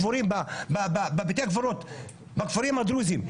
קבורים בבתי הקברות בכפרים הדרוזיים.